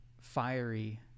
fiery